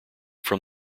from